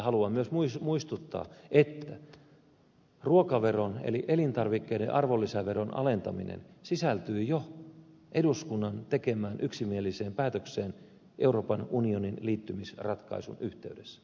haluan myös muistuttaa että ruokaveron eli elintarvikkeiden arvonlisäveron alentaminen sisältyy jo eduskunnan tekemään yksimieliseen päätökseen euroopan unioniin liittymisratkaisun yhteydessä